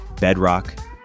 Bedrock